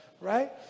Right